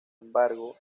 embargo